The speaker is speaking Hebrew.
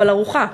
אבל ארוחה.